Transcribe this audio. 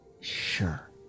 Sure